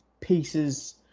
pieces